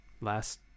last